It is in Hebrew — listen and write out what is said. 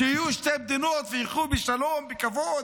שיהיו שתי מדינות ויחיו בשלום, בכבוד.